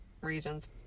regions